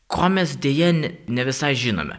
ko mes deja ne ne visai žinome